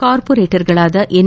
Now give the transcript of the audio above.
ಕಾರ್ಮೋರೇಟರ್ಗಳಾದ N